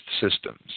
systems